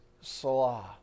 Salah